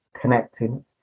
connecting